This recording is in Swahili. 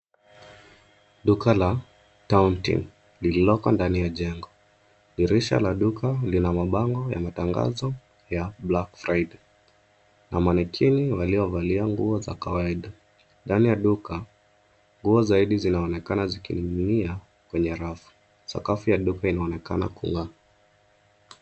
Duka la Town Team lililoko ndani ya jengo. Dirisha la duka lina mabango ya matangazo ya black Friday na manekini waliovalia nguo za kawaida. Ndani ya duka nguo zaidi zinaonekana zikining'inia kwenye rafu. Sakafu ya duka inaonekana kung'aa.